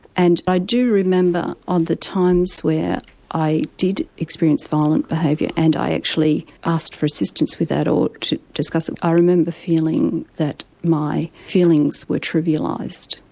and i do remember the times where i did experience violent behaviour and i actually asked for assistance with that or to discuss it. i remember feeling that my feelings were trivialised,